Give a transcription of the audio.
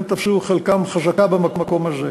שחלקם גם תפסו חזקה במקום הזה.